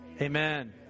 amen